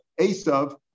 Asav